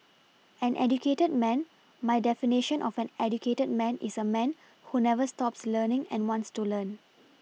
an educated man my definition of an educated man is a man who never stops learning and wants to learn